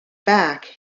back